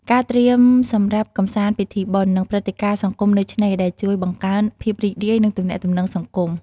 ការត្រៀមសម្រាប់កម្សាន្តពិធីបុណ្យ និងព្រឹត្តិការណ៍សង្គមនៅឆ្នេរ ដែលជួយបង្កើនភាពរីករាយ និងទំនាក់ទំនងសង្គម។